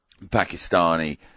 Pakistani